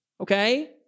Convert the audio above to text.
Okay